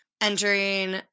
entering